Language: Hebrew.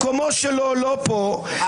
מקומו שלו לא פה,